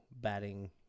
batting